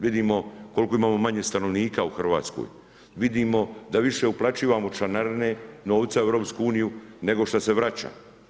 Vidimo koliko imamo manje stanovnika u Hrvatskoj, vidimo da više uplaćivamo članarine novca u EU nego što se vraća.